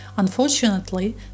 Unfortunately